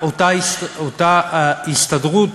אותה הסתדרות,